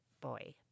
boy